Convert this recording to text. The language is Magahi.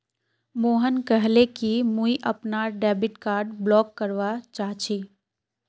मोहन कहले कि मुई अपनार डेबिट कार्ड ब्लॉक करवा चाह छि